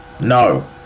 No